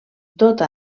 tota